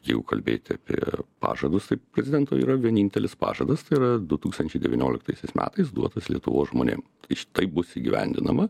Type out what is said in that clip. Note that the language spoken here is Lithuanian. jau kalbėti apie pažadus prezidento yra vienintelis pažadas tai yra du tūkstančiai devynioliktaisiais metais duotas lietuvos žmonėm iš taip bus įgyvendinama